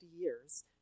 years